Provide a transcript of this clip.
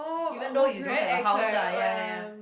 even though you don't have a house ah ya ya ya